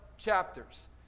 chapters